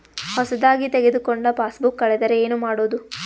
ಹೊಸದಾಗಿ ತೆಗೆದುಕೊಂಡ ಪಾಸ್ಬುಕ್ ಕಳೆದರೆ ಏನು ಮಾಡೋದು?